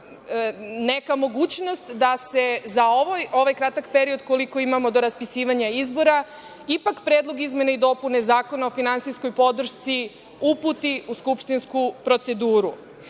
neka mogućnost da se za ovaj kratak period koliko imamo do raspisivanja izbora, ipak predlog izmene i dopune Zakona o finansijskoj podršci uputi u skupštinsku proceduru? Dakle,